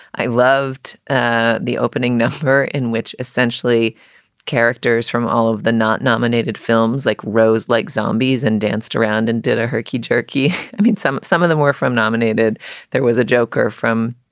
i loved ah the opening number in which essentially characters from all of the not nominated films like rose like zombies and danced around and did a herky jerky. i mean some of some of the more from nominated there was a joker from.